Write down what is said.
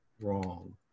wrong